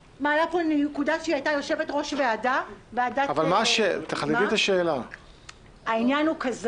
הייתה הטייה בחוק --- לכן יש פה עניין אישי